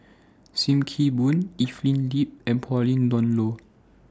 SIM Kee Boon Evelyn Lip and Pauline Dawn Loh